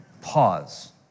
Pause